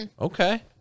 Okay